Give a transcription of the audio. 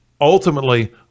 ultimately